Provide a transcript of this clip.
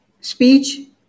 speech